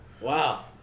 Wow